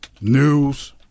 news